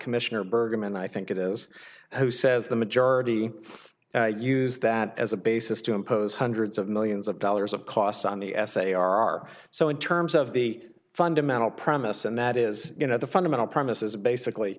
commissioner bergman i think it is who says the majority use that as a basis to impose hundreds of millions of dollars of costs on the essay are so in terms of the fundamental premise and that is you know the fundamental premise is basically